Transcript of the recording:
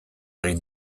egin